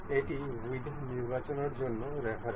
এটি উইড্থ নির্বাচনের জন্য রেফারেন্স